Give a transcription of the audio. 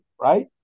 right